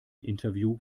interview